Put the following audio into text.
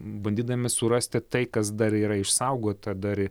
bandydami surasti tai kas dar yra išsaugota dar